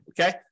Okay